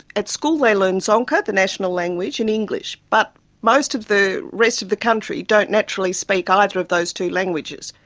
at school they learn zonka, the national language, and english. but most of the rest of the country don't naturally speak either of those two languages.